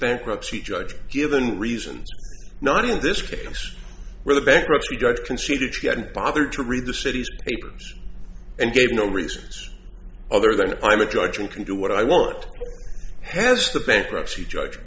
bankruptcy judge given reasons not in this case where the bankruptcy judge conceded she hadn't bothered to read the city's papers and gave no response other than i'm a judge and can do what i want has the bankruptcy judge